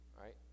right